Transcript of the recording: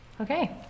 Okay